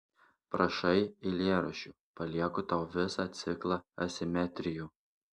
prašai eilėraščių palieku tau visą ciklą asimetrijų